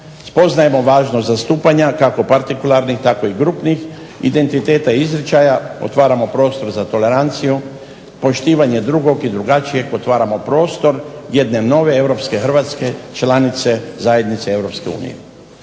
spoznajemo važnost zastupanja kako partikularnih tako i grupnih identiteta i izričaja, otvaramo prostor za toleranciju, poštivanje drugog i drugačijeg, otvaramo prostor jedne nove europske Hrvatske članice Zajednice EU.